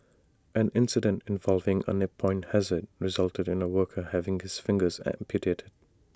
an incident involving A nip point hazard resulted in A worker having his fingers amputated